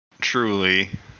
truly